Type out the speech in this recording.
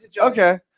Okay